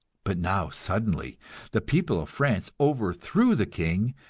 but now suddenly the people of france overthrew the king,